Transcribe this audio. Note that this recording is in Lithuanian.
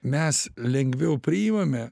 mes lengviau priimame